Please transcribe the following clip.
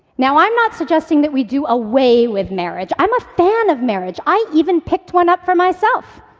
now, i'm not suggesting that we do away with marriage i'm a fan of marriage. i even picked one up for myself.